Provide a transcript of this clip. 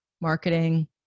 marketing